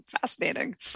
fascinating